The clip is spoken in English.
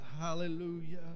hallelujah